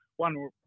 One